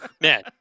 Man